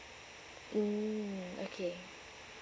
mm okay